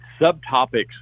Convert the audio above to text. subtopics